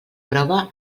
prova